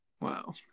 Wow